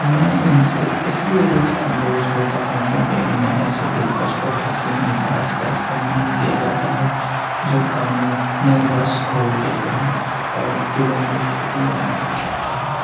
میں اِن سے اس لیے لطف اندوز ہوتا ہوں کیونکہ اِن میں ایسے دلکش اور حسین الفاظ کا استعمال کیا جاتا ہے جو کانوں میں رس گھول دیتے ہیں اور دلوں کو سکون عطا کرتے ہیں